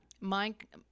Mike